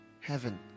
Heaven